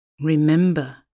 Remember